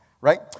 Right